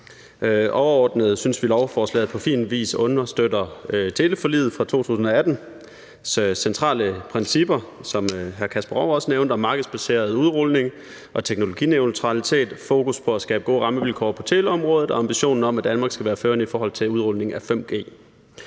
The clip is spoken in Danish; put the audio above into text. Overordnet synes vi, at lovforslaget på fin vis understøtter de centrale principper i teleforliget fra 2018, som hr. Kasper Roug også nævnte, om markedsbaseret udrulning og teknologineutralitet, fokus på at skabe gode rammevilkår på teleområdet og ambitionen om, at Danmark skal være førende i forhold til udrulning af 5G.